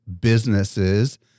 businesses